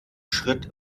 schritt